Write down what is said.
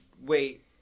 wait